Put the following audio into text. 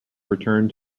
returned